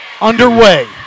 underway